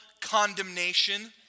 condemnation